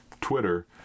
Twitter